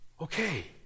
okay